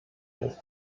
ist